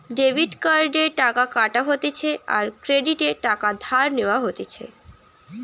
debit কার্ডে টাকা কাটা হতিছে আর ক্রেডিটে টাকা ধার নেওয়া হতিছে